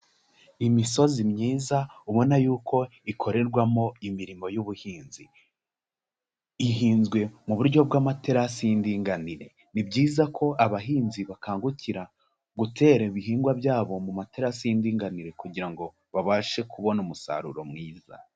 Imisozi myiza ubona yuko ikorerwamo imirimo y'ubuhinzi, ihinzwe mu buryo bw'amaterasi y'indinganire, ni byiza ko abahinzi bakangukira gutera ibihingwa byabo mu materasi y'indinganire kugira ngo babashe kubona umusaruro mwiza.